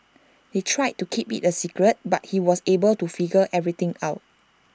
they tried to keep IT A secret but he was able to figure everything out